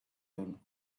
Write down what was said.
than